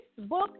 Facebook